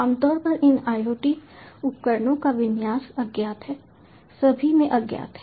आमतौर पर इन IoT उपकरणों का विन्यास अज्ञात है सभी में अज्ञात है